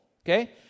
okay